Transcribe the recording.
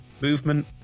Movement